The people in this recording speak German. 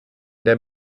der